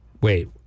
Wait